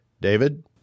David